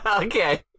Okay